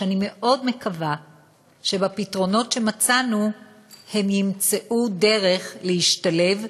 שאני מאוד מקווה שבפתרונות שמצאנו הם ימצאו דרך להשתלב,